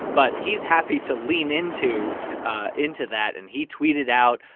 but he's happy to lean into ah into that. and he tweeted out,